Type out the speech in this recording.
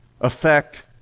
affect